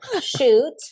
shoot